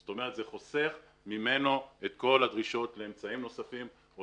זאת אומרת שזה חוסך ממנו את כל הדרישות והדברים הנוספים.